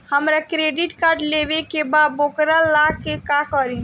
हमरा credit card लेवे के बा वोकरा ला का करी?